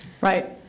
Right